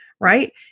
right